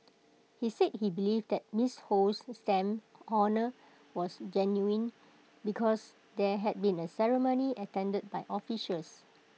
he said he believed that miss Ho's stamp honour was genuine because there had been A ceremony attended by officials